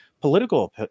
political